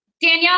Danielle